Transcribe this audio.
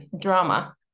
drama